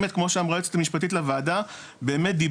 באמת,